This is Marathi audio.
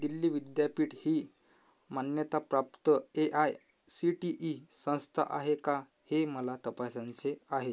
दिल्ली विद्यापीठ ही मान्यताप्राप्त A I C T E संस्था आहे का हे मला तपासायचे आहे